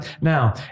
Now